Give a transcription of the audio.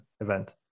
event